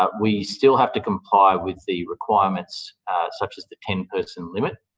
ah we still have to comply with the requirements such as the ten person limit,